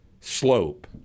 slope